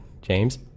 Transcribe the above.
James